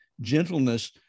gentleness